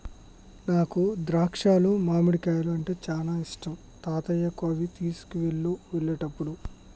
నాకు ద్రాక్షాలు మామిడికాయలు అంటే చానా ఇష్టం తాతయ్యకు అవి తీసుకువెళ్ళు వెళ్ళేటప్పుడు